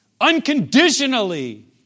Unconditionally